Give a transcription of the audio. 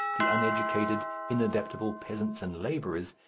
the uneducated inadaptable peasants and labourers,